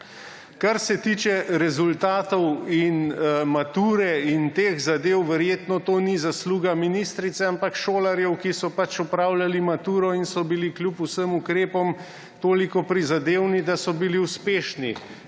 Kar se tiče rezultatov in mature in teh zadev, verjetno to ni zasluga ministrice, ampak šolarjev, ki so opravljali maturo in so bili kljub vsem ukrepom toliko prizadevni, da so bili uspešni